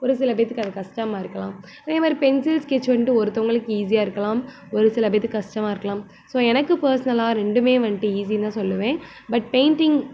ஒரு சில பேர்த்துக்கு அது கஷ்டமா இருக்கலாம் அதேமாதிரி பென்சில் ஸ்கெட்ச் வந்துட்டு ஒருத்தவர்களுக்கு ஈஸியாக இருக்கலாம் ஒரு சில பேர்த்துக்கு கஷ்டமா இருக்கலாம் ஸோ எனக்கு பர்சனலாக ரெண்டுமே வந்துட்டு ஈஸின்னுதான் சொல்லுவேன் பட் பெயிண்டிங்